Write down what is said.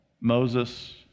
Moses